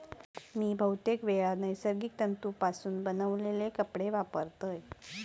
मी बहुतेकवेळा नैसर्गिक तंतुपासून बनवलेले कपडे वापरतय